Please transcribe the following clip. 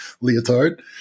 leotard